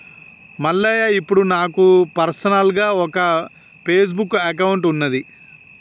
మల్లయ్య ఇప్పుడు నాకు పర్సనల్గా ఒక ఫేస్బుక్ అకౌంట్ ఉన్నది